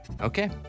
Okay